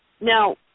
Now